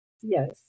Yes